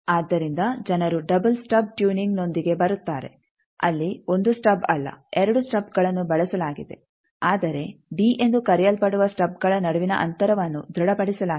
ಆದ್ದರಿಂದ ಜನರು double stub ಟೂನಿಂಗ್ನೊಂದಿಗೆ ಬರುತ್ತಾರೆ ಅಲ್ಲಿ 1 ಸ್ಟಬ್ ಅಲ್ಲ 2 ಸ್ಟಬ್ಗಳನ್ನು ಬಳಸಲಾಗಿದೆ ಆದರೆ ಡಿ ಎಂದು ಕರೆಯಲ್ಪಡುವ ಸ್ಟಬ್ಗಳ ನಡುವಿನ ಅಂತರವನ್ನು ದೃಢಪಡಿಸಲಾಗಿದೆ